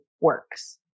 works